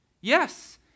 Yes